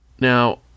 Now